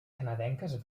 canadenques